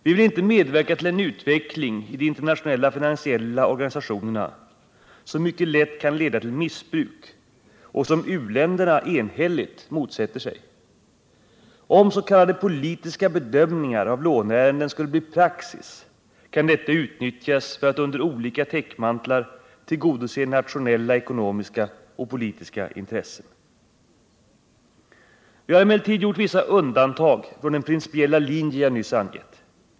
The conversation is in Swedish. Vi vill inte medverka till en utveckling i de internationella finansiella organisationerna som mycket lätt kan leda till missbruk och som u-länderna enhälligt motsätter sig. Om s.k. politiska bedömningar av låneärenden skulle bli praxis kan deta utnyttjas för att under olika täckmantlar tillgodose nationella, ekonomiska och politiska intressen. Vi har emellertid gjort vissa undantag från den principiella linje jag nyss angett.